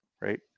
right